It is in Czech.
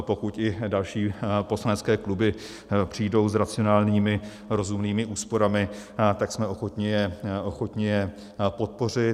Pokud i další poslanecké kluby přijdou s racionálními, rozumnými úsporami, tak jsme ochotni je podpořit.